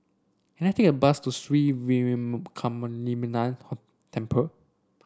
can I take a bus to Sri Veeramakaliamman Temple